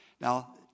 Now